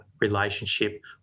relationship